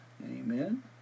Amen